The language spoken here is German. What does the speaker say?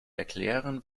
erklären